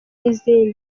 n’izindi